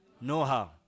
Know-how